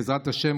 בעזרת השם,